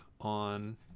on